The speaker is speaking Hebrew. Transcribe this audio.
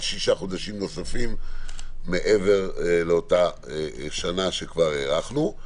שישה חודשים נוספים מעבר לאותה שנה שכבר הארכנו.